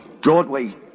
Broadway